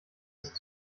ist